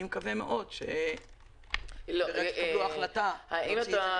אני מקווה מאוד שתתקבל החלטה ערכית.